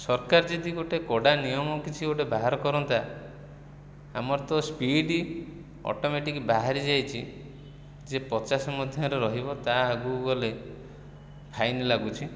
ସରକାର ଯଦି ଗୋଟିଏ କଡ଼ା ନିୟମ କିଛି ଗୋଟିଏ ବାହାର କରନ୍ତା ଆମର ତ ସ୍ପୀଡ଼ ଅଟୋମେଟିକ୍ ବାହାରି ଯାଇଛି ଯେ ପଚାଶ ମଧ୍ୟରେ ରହିବ ତା ଆଗକୁ ଗଲେ ଫାଇନ୍ ଲାଗୁଛି